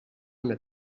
una